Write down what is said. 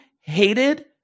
hated